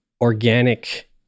organic